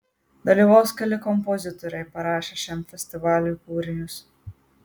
dalyvaus keli kompozitoriai parašę šiam festivaliui kūrinius